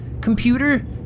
Computer